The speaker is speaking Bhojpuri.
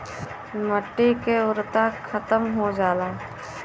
मट्टी के उर्वरता खतम हो जाला